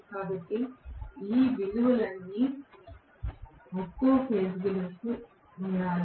కాబట్టి ఈ విలువలన్నీ ఒక్కో ఫేజ్ విలువలకు ఉండాలి